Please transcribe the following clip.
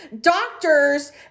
Doctors